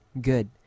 Good